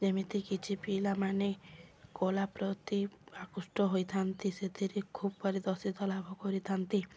ଯେମିତି କିଛି ପିଲାମାନେ କଳା ପ୍ରତି ଆକୃଷ୍ଟ ହୋଇଥାନ୍ତି ସେଥିରେ ଖୁବ୍ ପରିଦର୍ଶିତ ଲାଭ କରିଥାନ୍ତି